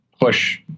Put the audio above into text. push